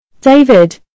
David